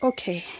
Okay